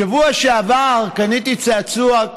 בשבוע שעבר קניתי צעצוע,